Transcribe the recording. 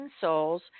Souls